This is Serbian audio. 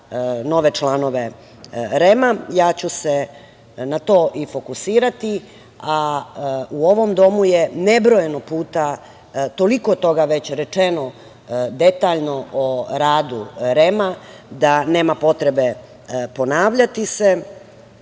nove članove REM-a, ja ću se na to i fokusirati, a u ovom domu je nebrojeno puta toliko toga već rečeno detaljno o radu REM-a da nema potrebe ponavljati